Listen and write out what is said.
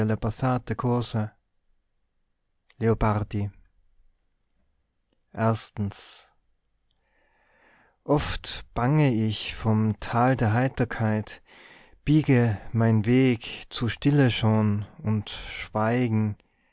cose leopardi oft bange ich vom tal der heiterkeit biege mein weg zu stille schon und schweigen